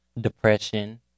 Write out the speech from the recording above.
depression